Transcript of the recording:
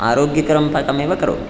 आरोग्यकरं पाकमेव करोमि